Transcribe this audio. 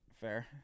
Fair